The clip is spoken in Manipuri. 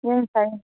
ꯌꯥꯝ ꯁꯥꯏꯌꯦ